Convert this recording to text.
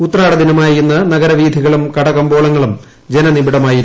ഉതാട ദിനമായ ഇന്ന് നഗരവീഥികളും കടകമ്പോളങ്ങളും ജനനിബിഡ്മായിരുന്നു